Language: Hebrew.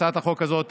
הצעת החוק הזאת,